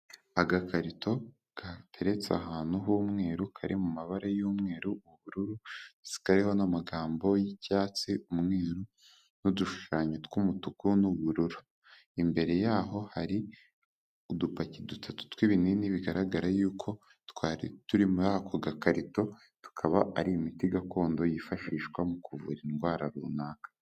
Agakarito gateretse ahantu h'umweru kari mu mabara y'umweru n'ubururu kariho n'amagambo y'icyatsi umweru n'udushushanyo tw'umutuku n'ubururu imbere yaho hari udupaki dutatu tw'ibinini bigaragara yuko twari turi muri ako gakarito tukaba ari imiti gakondo yifashishwa mu kuvura indwara runaka.